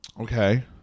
Okay